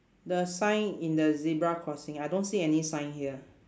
the sign in the zebra crossing I don't see any sign here